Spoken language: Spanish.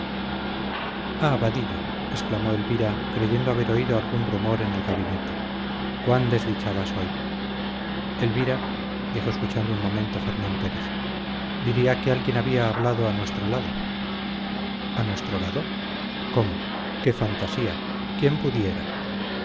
ah vadillo exclamó elvira creyendo haber oído algún rumor en el gabinete cuán desdichada soy elvira dijo escuchando un momento fernán pérez diría que alguien había hablado a nuestro lado a nuestro lado cómo qué fantasía quién pudiera